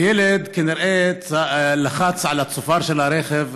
הילד כנראה לחץ על הצופר של הרכב,